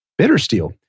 Bittersteel